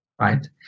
right